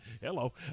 hello